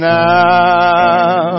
now